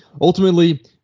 ultimately